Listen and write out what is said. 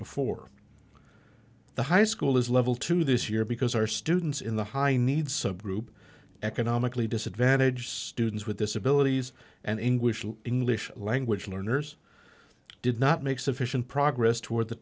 before the high school is level two this year because our students in the high need subgroup economically disadvantaged students with disabilities and english and english language learners did not make sufficient progress toward the